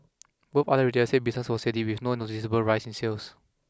what other retailers said business was steady with no noticeable rise in sales